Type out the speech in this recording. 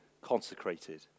consecrated